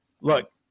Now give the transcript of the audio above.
look